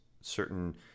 Certain